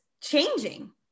changing